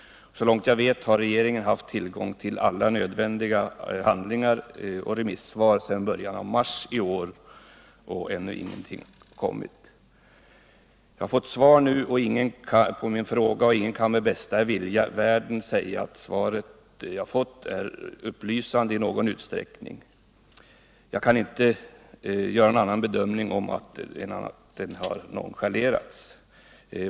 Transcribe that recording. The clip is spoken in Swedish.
Så långt jag vet har regeringen haft tillgång till alla nödvändiga handlingar och remissvar sedan början av mars i år, och ännu har alltså inget besked kommit. Jag har fått svar på min fråga, men man kan inte med bästa vilja i världen säga att svaret är upplysande i någon utsträckning. Jag kan inte göra någon annan bedömning än att frågan har nonchalerats.